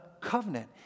covenant